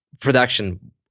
production